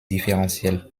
différentielle